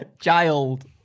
Child